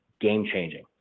game-changing